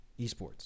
esports